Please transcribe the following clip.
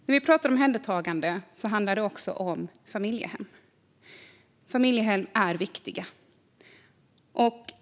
När vi talar om omhändertagande handlar det också om familjehem. Familjehem är viktiga.